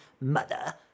mother